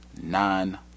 nine